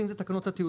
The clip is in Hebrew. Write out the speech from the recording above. ואם זה תקנות התיעוד.